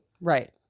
Right